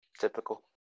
Typical